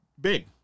big